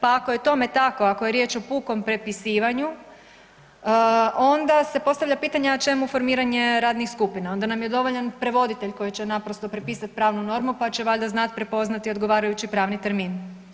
Pa ako je tome tako, ako je riječ o pukom prepisivanju onda se postavlja pitanje, a čemu formiranje radnih skupina, onda je nam je dovoljan prevoditelj koji će naprosto prepisati pravnu normu pa će valjda znati prepoznati odgovarajući pravni termin.